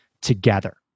together